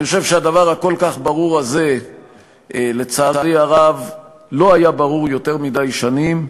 אני חושב שהדבר הכל-כך ברור הזה לא היה ברור יותר מדי שנים,